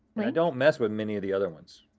i don't mess with many of the other ones.